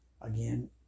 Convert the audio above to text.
Again